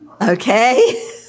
Okay